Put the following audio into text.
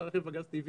זה רכב עם הגז הטבעי,